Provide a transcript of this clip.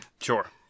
Sure